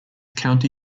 county